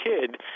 kid